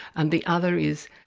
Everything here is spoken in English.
and the other is,